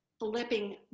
flipping